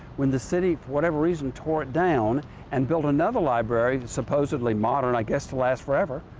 when the city for whatever reason tore it down and build another library, supposedly modern, i guess to last forever.